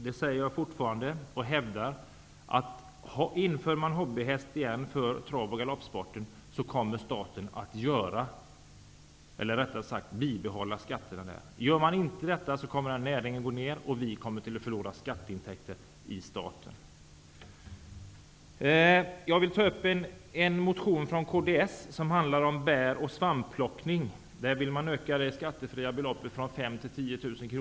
Jag hävdar fortfarande att ett införande av hobbyhäst för trav och galoppsporten kommer att innebära att staten bibehåller skatteintäkterna. Gör man inte detta kommer näringen att urholkas, och staten kommer att förlora skatteintäkter. Jag vill ta upp en motion från kds som handlar om bär och svampplockning, där man vill öka det skattefria beloppet från 5 000 till 10 000 kr.